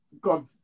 God